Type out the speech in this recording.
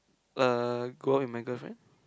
uh go out with my girlfriend